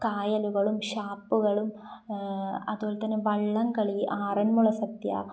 കായലുകളും ഷാപ്പുകളും അതുപോലെ തന്നെ വള്ളം കളി ആറൻമുള സദ്യ